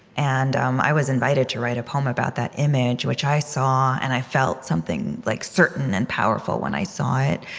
and um i was invited to write a poem about that image, which i saw, and i felt something like certain and powerful when i saw it,